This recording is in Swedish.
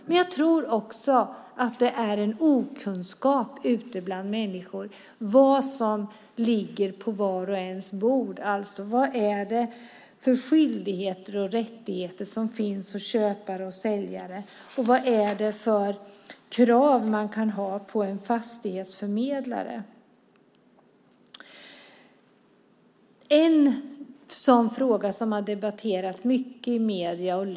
Men jag tror också att det finns en okunskap ute bland människor om vad som ligger på vars och ens bord, alltså vad köpare och säljare har för skyldigheter och rättigheter och vilka krav man kan ha på en fastighetsförmedlare. Det finns en fråga som har debatterats mycket i medierna.